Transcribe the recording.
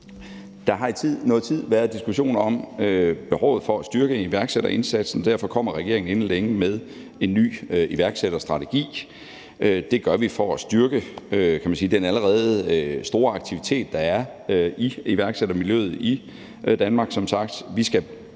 Der har i noget tid været diskussioner om behovet for at styrke iværksætterindsatsen, og derfor kommer regeringen inden længe med en ny iværksætterstrategi. Det gør vi for at styrke den allerede store aktivitet, der som sagt er i at iværksættermiljøet i Danmark.